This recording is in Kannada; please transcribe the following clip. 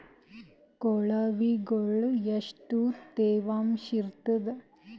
ಕೊಳವಿಗೊಳ ಎಷ್ಟು ತೇವಾಂಶ ಇರ್ತಾದ?